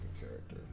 character